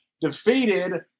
defeated